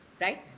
right